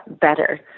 Better